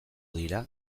dira